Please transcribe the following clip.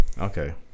Okay